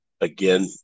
again